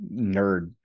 nerd